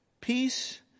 Peace